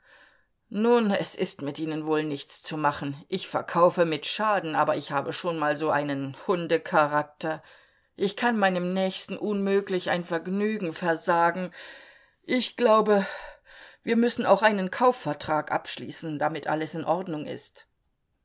nun es ist mit ihnen wohl nichts zu machen ich verkaufe mit schaden aber ich habe schon mal so einen hundecharakter ich kann meinem nächsten unmöglich ein vergnügen versagen ich glaube wir müssen auch einen kaufvertrag abschließen damit alles in ordnung ist